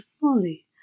folly